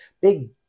big